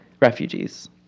refugees